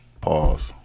Pause